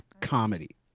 comedy